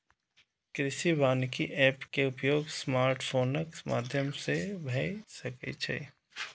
कृषि वानिकी एप के उपयोग स्मार्टफोनक माध्यम सं भए सकै छै